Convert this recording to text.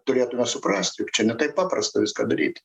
turėtume suprast juk čia ne taip paprasta viską daryt